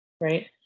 Right